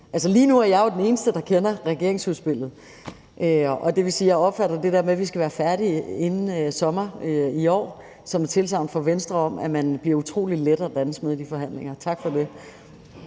Lige nu er jeg jo den eneste, der kender regeringsudspillet, og det vil sige, at jeg opfatter det der med, at vi skal være færdige inden sommer i år, som et tilsagn fra Venstre om, at man bliver utrolig let at danse med i de forhandlinger. Tak for det.